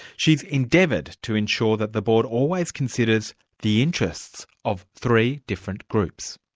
she's endeavoured to ensure that the board always considers the interests of three different groups.